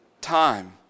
time